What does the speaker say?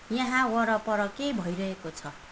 यहाँ वरपर के भइरहेको छ